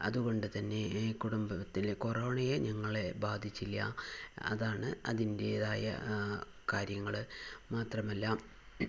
അത്കൊണ്ട്തന്നെ കുടുംബത്തില് കൊറോണയെ ഞങ്ങളെ ബാധിച്ചില്ല അതാണ് അതിൻ്റെതായ കാര്യങ്ങള് മാത്രമല്ല